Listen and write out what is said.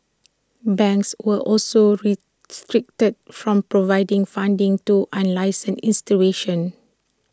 banks were also restricted from providing funding to unlicensed institutions